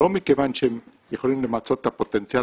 לא מכיוון שהם יכולים למצות את הפוטנציאל